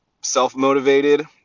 self-motivated